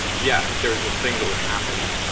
yeah. there was this thing that would happen,